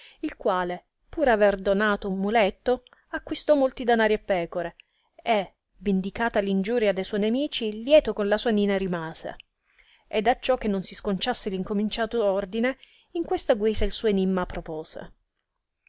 il quale per aver donato un muletto acquistò molti danari e pecore e vendicata l ingiuria de suoi nemici lieto con la sua nina rimase ed acciò che non si sconciasse l incominciato ordine in questa guisa il suo enimma propose